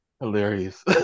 hilarious